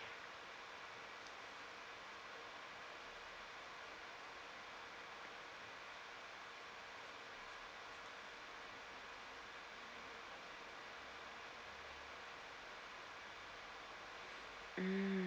mm